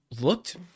looked